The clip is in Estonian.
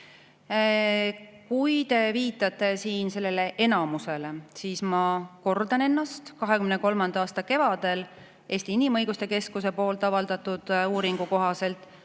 Kuna te viitasite enamusele, siis ma kordan ennast: 2023. aasta kevadel Eesti Inimõiguste Keskuse avaldatud uuringu kohaselt